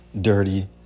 dirty